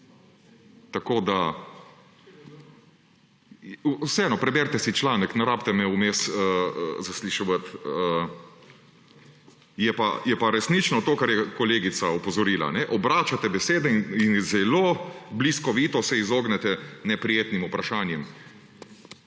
delavca. Vseeno, preberite si članek ne rabite me vmes zasliševati. Je pa resnično to, kar je kolegica opozorila, obračate besede in zelo bliskovito se izognete neprijetnim vprašanjem.